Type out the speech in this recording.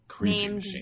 named